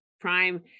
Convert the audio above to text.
Prime